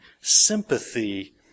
sympathy